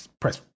press